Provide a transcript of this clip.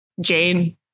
Jane